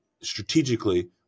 strategically